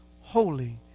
holy